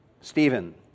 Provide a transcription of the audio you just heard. Stephen